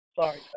Sorry